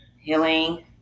healing